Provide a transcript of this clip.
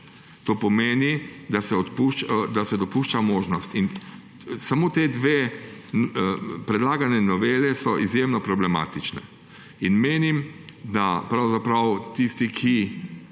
To pomeni, da se dopušča možnost. In samo ti dve predlagani noveli sta izjemno problematični in menim, da pravzaprav tisti, ki